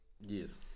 Yes